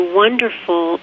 wonderful